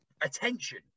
attention